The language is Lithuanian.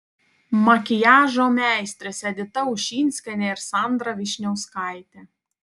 makiažo meistrės edita ušinskienė ir sandra vyšniauskaitė